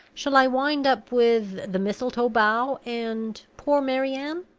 shall i wind up with the mistletoe bough and poor mary anne?